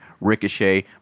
Ricochet